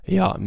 ja